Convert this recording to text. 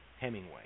Hemingway